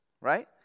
Right